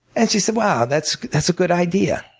and she said, wow, that's that's a good idea.